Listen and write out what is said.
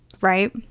right